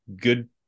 good